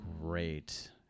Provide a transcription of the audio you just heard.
Great